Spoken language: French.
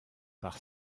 par